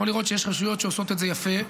אתה יכול לראות שיש רשויות שעושות את זה יפה,